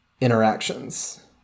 interactions